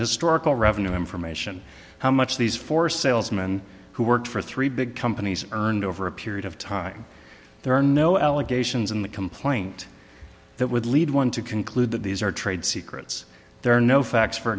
historical revenue information how much these four salesman who worked for three big companies earned over a period of time there are no allegations in the complaint that would lead one to conclude that these are trade secrets there are no facts for